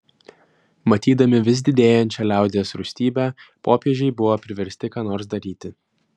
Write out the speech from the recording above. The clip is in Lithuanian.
matydami vis didėjančią liaudies rūstybę popiežiai buvo priversti ką nors daryti